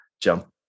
jump